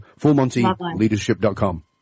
Fullmontyleadership.com